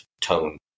tone